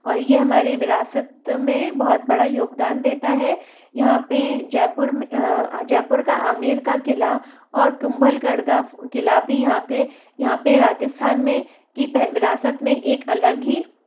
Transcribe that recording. और ये हमारे विरासत में बहुत बड़ा योगदान देता है यहाँ पे जयपुर जयपुर का आमेर का किला और कुम्भलगढ़ का किला भी यहाँ के यहाँ पे राजस्थान में की पह विरासत में एक अलग ही